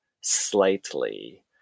slightly